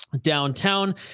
downtown